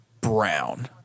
brown